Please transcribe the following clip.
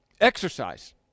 Exercise